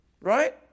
Right